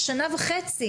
ושנה וחצי,